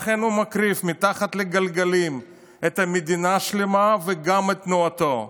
לכן הוא מקריב מתחת לגלגלים מדינה שלמה וגם את תנועתו.